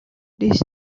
this